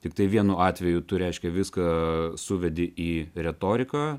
tiktai vienu atveju tu reiškia viską suvedi į retoriką